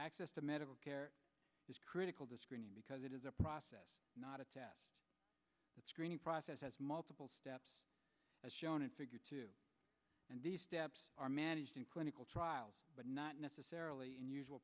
access to medical care is critical to screening because it is a process not a test screening process has multiple steps as shown in figure two and the steps are managed in clinical trials but not necessarily in usual